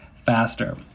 faster